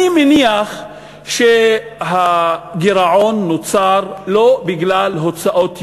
אני מניח שהגירעון נוצר לא בגלל הוצאות יתר.